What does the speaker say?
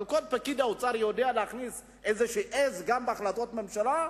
אבל כל פקיד באוצר יודע להכניס איזו עז גם בהחלטות הממשלה,